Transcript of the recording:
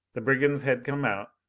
the brigands had come out,